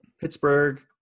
Pittsburgh